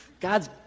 God's